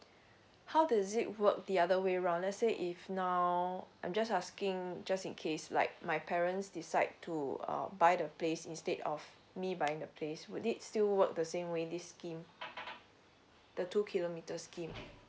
how does it work the other way round let's say if now I'm just asking just in case like my parents decide to uh buy the place instead of me buying the place would it still work the same way this scheme the two kilometer scheme